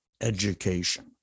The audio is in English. education